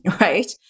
right